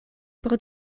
por